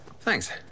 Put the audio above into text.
Thanks